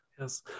Yes